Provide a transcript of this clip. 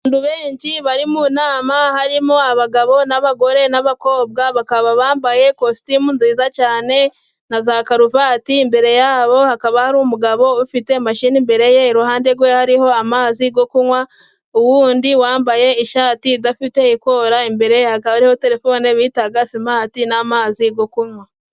Abantu benshi bari mu nama harimo abagabo n'abagore n'abakobwa bakaba bambaye kositimu nziza cyane na za karuvati, imbere yabo hakaba hari umugabo ufite mashine imbere ye, iruhande rwe hariho amazi yo kunywa, uwundi wambaye ishati idafite ikora imbere ye hakaba akaba hariho telefone bita simati n'amazi yo kunywa.